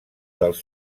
dels